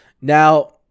Now